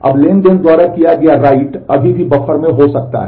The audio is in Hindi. अब ट्रांज़ैक्शन द्वारा किया गया राइट अभी भी बफर में हो सकता है